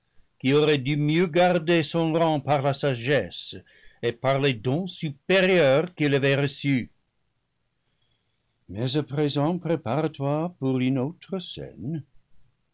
qui aurait dû mieux garder son rang par la sagesse et par les dons supérieurs qu'il avait reçus mais à présent prépare-toi pour une autre